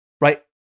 right